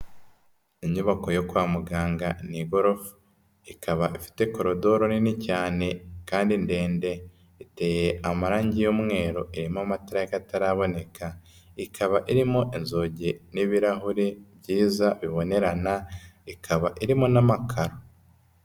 Inyubako yo kwa muganga ni igorofa, ikaba ifite korodoro nini cyane kandi ndende, iteye amarangi y'umweru irimo amatara y'akataraboneka, ikaba irimo inzu n'ibirahure byiza bibonerana, ikaba irimo n'amakaro.